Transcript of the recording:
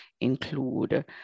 include